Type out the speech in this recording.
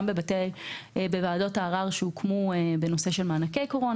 גם בוועדות הערר שהוקמו בנושא של מענקי קורונה,